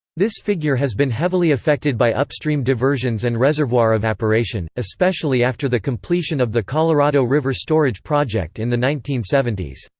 this figure has been heavily affected by upstream diversions and reservoir evaporation, especially after the completion of the colorado river storage project in the nineteen seventy s.